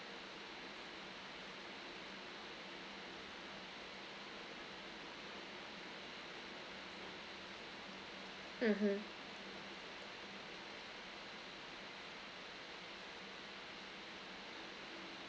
mmhmm